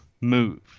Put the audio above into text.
move